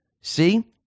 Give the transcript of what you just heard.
See